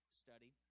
study